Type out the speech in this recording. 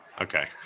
Okay